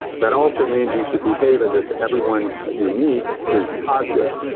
that also means you should behave as if everyone you meet is positive.